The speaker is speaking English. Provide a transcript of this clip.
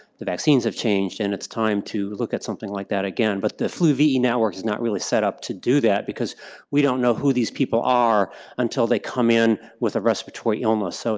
the vaccines have changed and it's time to look at something like that again. but the flu ve network is not really set-up to do that because we don't know who these people are until they come in with a respiratory illness, so